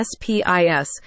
SPIS